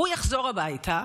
הוא יחזור הביתה,